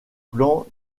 plan